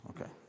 Okay